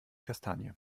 kastanie